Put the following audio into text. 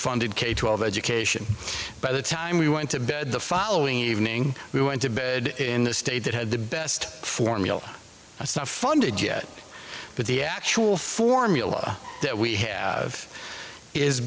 funded k twelve education by the time we went to bed the following evening we went to bed in the state that had the best form real stuff funded yet but the actual formula that we have is